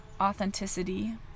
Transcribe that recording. authenticity